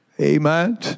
Amen